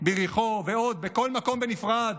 ביריחו ועוד, בכל מקום בנפרד.